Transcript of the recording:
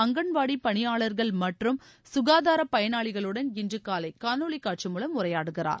அங்கன்வாடி பணியாளர்கள் மற்றும் சுகாதார பயனாளிகளுடன் இன்று காலை காணொலிக் காட்சி மூலம் உரையாடுகிறார்